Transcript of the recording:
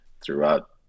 throughout